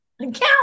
Count